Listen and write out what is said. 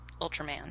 Ultraman